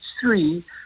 three